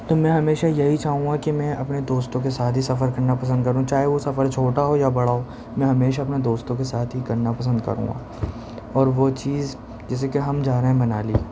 تو میں ہمیشہ یہی چاہوں گا کہ میں اپنے دوستوں کے ساتھ ہی سفر کرنا پسند کروں چاہے وہ سفر چھوٹا ہو یا بڑا ہو میں ہمیشہ اپنے دوستوں کے ساتھ ہی کرنا پسند کروں گا اور وہ چیز جیسے کہ ہم جا رہے ہیں منالی